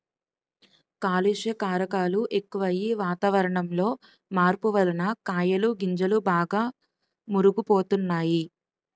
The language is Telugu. కాలుష్య కారకాలు ఎక్కువయ్యి, వాతావరణంలో మార్పు వలన కాయలు గింజలు బాగా మురుగు పోతున్నాయి